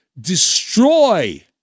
destroy